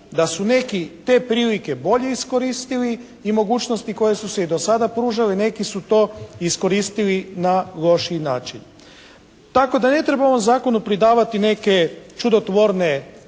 da su neki te prilike bolje iskoristili i mogućnosti koje su se i do sada pružale neki su to iskoristili na lošiji način. Tako da ne treba ovom Zakonu pridavati neke čudotvorne atribute